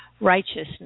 Righteousness